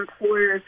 employers